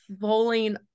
falling